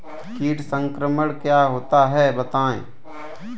कीट संक्रमण क्या होता है बताएँ?